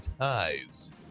ties